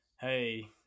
hey